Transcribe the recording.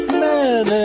men